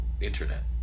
internet